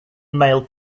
male